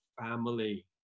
family